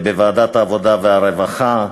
בוועדת העבודה והרווחה,